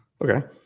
Okay